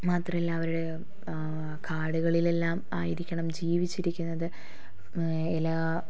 മാത്രമല്ല അവർ കാടുകളിലെല്ലാം ആയിരിക്കണം ജീവിച്ചിരിക്കുന്നത് എല്ലാ